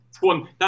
one